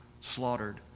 slaughtered